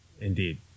Indeed